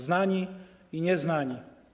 Znani i nieznani.